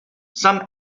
some